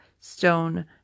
stone